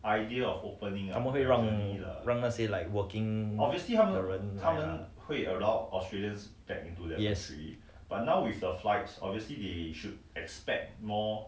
他们会让那些 like working 的人 ya yes